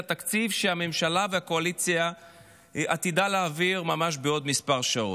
לתקציב שהממשלה והקואליציה עתידה להעביר ממש בעוד כמה שעות.